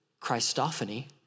Christophany